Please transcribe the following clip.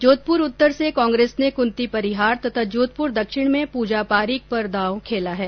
जोधपुर उत्तर से कांग्रेस ने कृंती परिहार तथा जोधपुर दक्षिण में पूजा पारीक पर दांव खेला है